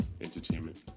Entertainment